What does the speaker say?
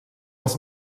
els